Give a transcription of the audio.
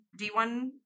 D1